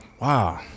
Wow